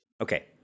Okay